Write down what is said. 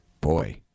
Boy